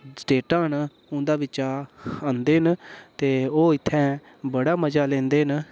स्टेटां न उन्दे बिच्चा आंदे न ते ओह् इत्थैं बड़ा मजा लैंदे न